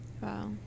Wow